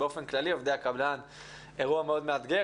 באופן כללי עובדי הקבלן זה אירוע מאוד מאתגר.